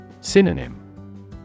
Synonym